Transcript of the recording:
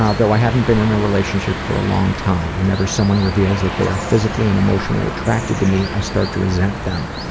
though i haven't been in a relationship for long time. whenever someone reveals that they are physically and emotionally attracted to me, i start to resent them.